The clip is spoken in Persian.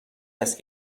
است